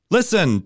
Listen